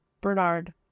Bernard